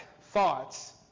thoughts